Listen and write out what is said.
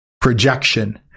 projection